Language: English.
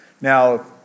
Now